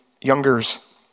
youngers